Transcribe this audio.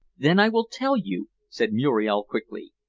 then i will tell you, said muriel quickly.